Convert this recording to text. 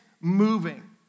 moving